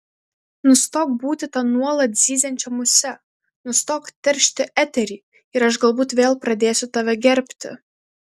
nustok būti ta nuolat zyziančia muse nustok teršti eterį ir aš galbūt vėl pradėsiu tave gerbti